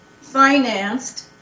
financed